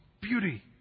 beauty